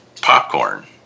popcorn